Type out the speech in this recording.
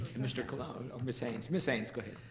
mr. colon? or ms. haynes. ms. haynes, go ahead.